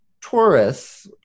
Taurus